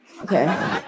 Okay